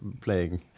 playing